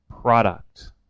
product